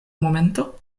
momento